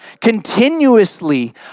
continuously